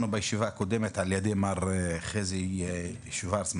בישיבה הקודמת על-ידי מר חזי שוורצמן